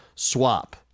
swap